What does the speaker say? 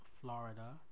Florida